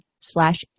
slash